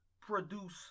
produce